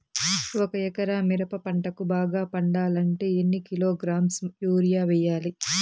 ఒక ఎకరా మిరప పంటకు బాగా పండాలంటే ఎన్ని కిలోగ్రామ్స్ యూరియ వెయ్యాలి?